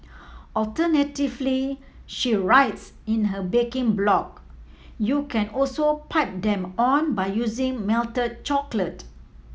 alternatively she writes in her baking blog you can also pipe them on by using melted chocolate